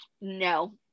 no